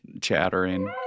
chattering